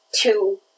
two